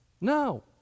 No